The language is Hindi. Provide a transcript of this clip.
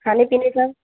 खाने पीने का